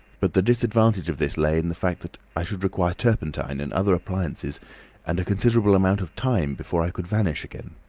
but the disadvantage of this lay in the fact that i should require turpentine and other appliances and a considerable amount of time before i could vanish again.